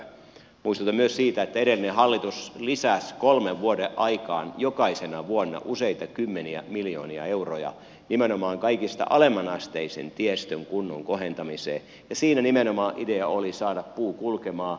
muistutan myös siitä että edellinen hallitus lisäsi kolmen vuoden aikana jokaisena vuonna useita kymmeniä miljoonia euroja nimenomaan kaikista alimmanasteisen tiestön kunnon kohentamiseen ja siinä nimenomaan idea oli saada puu kulkemaan